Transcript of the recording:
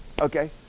Okay